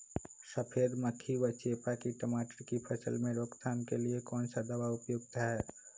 सफेद मक्खी व चेपा की टमाटर की फसल में रोकथाम के लिए कौन सा दवा उपयुक्त है?